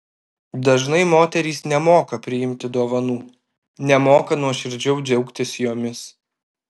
dažnai moterys nemoka priimti dovanų nemoka nuoširdžiau džiaugtis jomis